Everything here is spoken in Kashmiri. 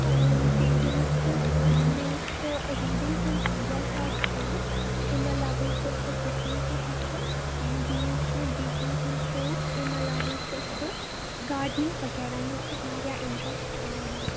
جی بہٕ حظ چھَس آ مےٚ حظ چھُ ریٖڈِنٛگ ہُنٛد واریاہ زیادٕ شوق امہِ علاوٕ حظ چھَس بہٕ کُکِنٛگ تہِ ہیٚچھان بیٚیہِ حظ چھُ مےٚ بیکِنٛگ ہُنٛد شوق امہِ علاوٕ حظ چھَس بہٕ گارڈٕنِنٛگ وَغیرَہ منٛز تہِ واریاہ اِنٹرٛسٹ تھاوان